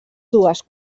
dues